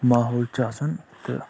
یہِ چھُ ماحول چھُ آسان تہٕ